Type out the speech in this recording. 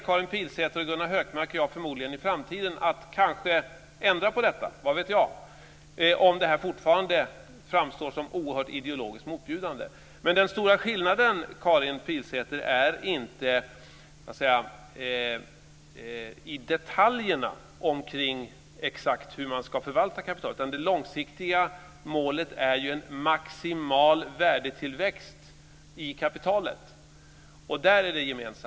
Karin Pilsäter, Gunnar Hökmark och jag har kanske en möjlighet att ändra på detta i framtiden om det här fortfarande framstår som oerhört ideologiskt motbjudande. Vad vet jag? Men den stora skillnaden, Karin Pilsäter, finns inte i detaljerna när det gäller exakt hur man ska förvalta kapitalet. Det långsiktiga målet är ju en maximal värdetillväxt i kapitalet. Där är det gemensamma.